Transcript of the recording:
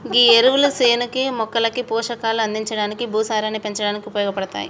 గీ ఎరువులు సేనుకి మొక్కలకి పోషకాలు అందించడానికి, భూసారాన్ని పెంచడానికి ఉపయోగపడతాయి